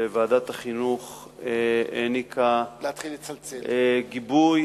וועדת החינוך העניקה גיבוי